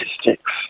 Statistics